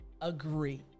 agree